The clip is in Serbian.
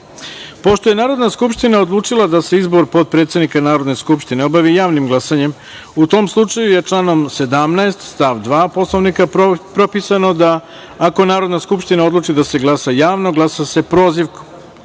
je Narodna skupština odlučila da se izbor potpredsednika Narodne skupštine obavi javnim glasanjem, u tom slučaju je član 17. stav 2. Poslovnika propisano da ako Narodna skupština odluči da se glasa javno, glasa se prozivkom. Prema